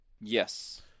Yes